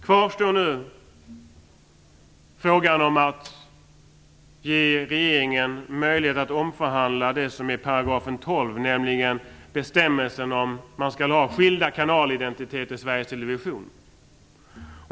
Kvar står nu frågan om att ge regeringen möjligheter att omförhandla § 12, nämligen bestämmelsen om skilda kanalidentiter i Sveriges Television.